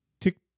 tick